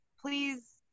please